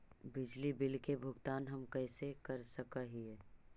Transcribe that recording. बिजली बिल के भुगतान हम कैसे कर सक हिय?